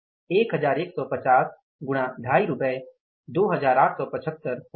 1150 गुणा 250 रुपए 2875 होता है